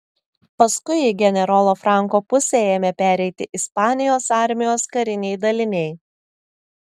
paskui į generolo franko pusę ėmė pereiti ispanijos armijos kariniai daliniai